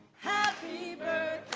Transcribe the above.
happy